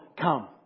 come